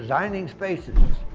designing spaces.